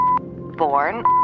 born